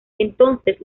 entonces